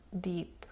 deep